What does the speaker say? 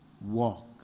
walk